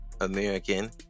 american